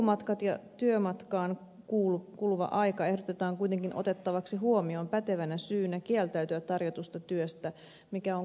kulkuvaikeudet ja työmatkaan kuluva aika ehdotetaan kuitenkin otettavaksi huomioon pätevänä syynä kieltäytyä tarjotusta työstä mikä on kohtuullista